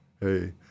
hey